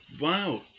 Wow